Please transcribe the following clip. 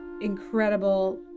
Incredible